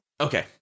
Okay